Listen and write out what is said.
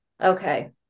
Okay